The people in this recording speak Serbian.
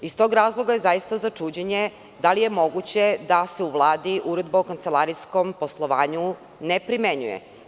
Iz tog razloga je zaista za čuđenje to da li je moguće da se u Vladi Uredba o kancelarijskom poslovanju ne primenjuje.